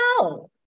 No